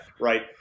right